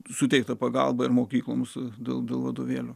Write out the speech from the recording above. suteikta pagalba ir mokykloms daugiau vadovėlių